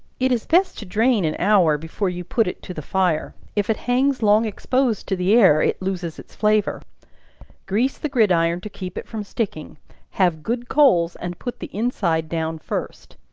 it is best to drain an hour before you put it to the fire if it hangs long exposed to the air, it loses its flavor grease the gridiron to keep it from sticking have good coals, and put the inside down first.